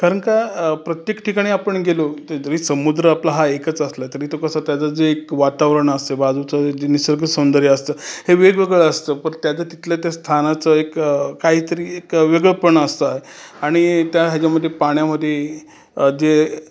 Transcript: कारण का प्रत्येक ठिकाणी आपण गेलो तर जरी समुद्र आपला हा एकच असला तरी तो कसा त्याचं जे एक वातावरण असते बाजूचं जे निसर्गसौंदर्य असतं हे वेगवेगळं असतं परत त्याच्या तिथल्या त्या स्थानाचं एक काहीतरी एक वेगळेपण असतं आणि त्या ह्याच्यामध्ये पाण्यामध्ये जे